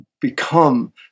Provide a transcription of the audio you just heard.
become